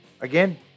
again